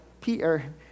Peter